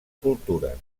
cultura